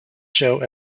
show